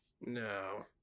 no